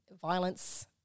violence